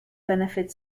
benefit